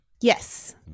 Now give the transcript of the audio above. Yes